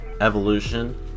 evolution